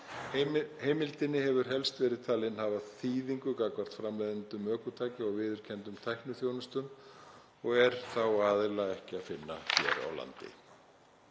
Heimildin hefur helst verið talin hafa þýðingu gagnvart framleiðendum ökutækja og viðurkenndum tækniþjónustum og er þá aðila ekki að finna hér á landi.